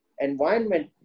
environment